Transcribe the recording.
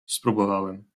spróbowałem